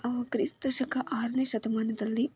ಆ ಕ್ರಿಸ್ತ ಶಕ ಆರನೇ ಶತಮಾನದಲ್ಲಿ